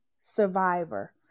survivor